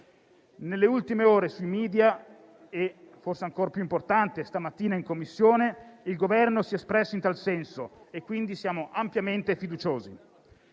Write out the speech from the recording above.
Nelle ultime ore sui *media* e, forse in una sede ancor più importante, stamattina in Commissione il Governo si è espresso in tal senso e, quindi, siamo ampiamente fiduciosi.